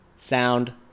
Sound